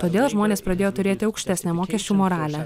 todėl žmonės pradėjo turėti aukštesnę mokesčių moralę